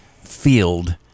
field